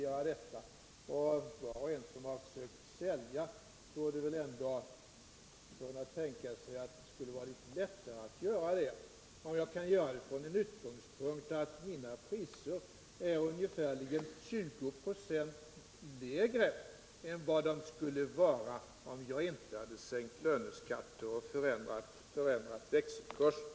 Var och en som har försökt sälja borde kunna tänka sig att det måste vara lättare att göra det om man kan göra det från den utgångspunkten, att de egna priserna nu är ungefär 20 96 lägre än vad de skulle ha varit om vi inte hade sänkt löneskatter och förändrat växelkurser.